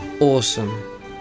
Awesome